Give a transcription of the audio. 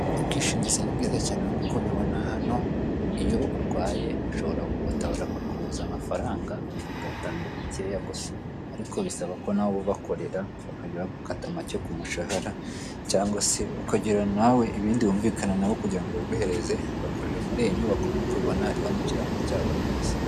Ubwishingizi ni bwiza cyane nkuko ubibona hano iyo urwaye ushobora kugutabara bakakuguza amafaranga ugatanga makeya gusa ariko bisaba ko nawe uba ubakorera bakajya gukata make k'umushahara cyangwa se ukagira nawe ibindi wumvikana nabo kugira ngo bayiguhereze bakorera muri iyi nyubako nk'uko ubibona hariho n'ikirango cyabo rwose.